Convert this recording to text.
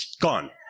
gone